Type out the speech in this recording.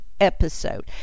episode